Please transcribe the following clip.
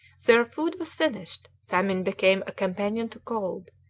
their food was finished, famine became a companion to cold,